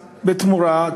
בתמורה,